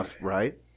right